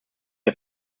der